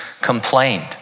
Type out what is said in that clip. complained